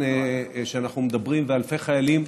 אני קובעת כי הצעת חוק הגנת הצרכן (תיקון מס'